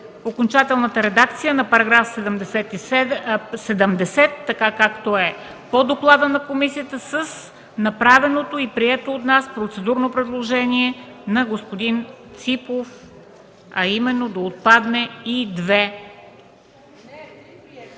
окончателната редакция на § 70, както е по доклада на комисията, с направеното и прието от нас процедурно предложение на господин Ципов, а именно да отпадне „и 2”.